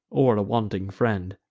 or a wanting friend.